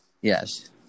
yes